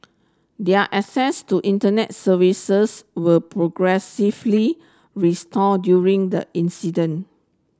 their access to internet services were progressively restored during the incident